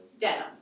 denim